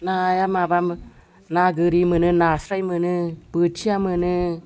नाया माबामोन ना गोरि मोनो नास्राय मोनो बोथिया मोनो